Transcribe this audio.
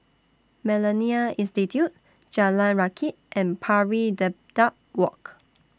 Millennia Institute Jalan Rakit and Pari Dedap Walk